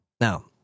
Now